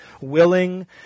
willing